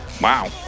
Wow